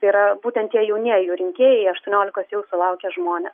tai yra būtent tie jaunieji jų rinkėjai aštuoniolikos jau sulaukę žmonės